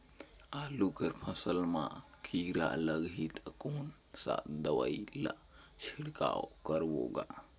आलू कर फसल मा कीरा लगही ता कौन सा दवाई ला छिड़काव करबो गा?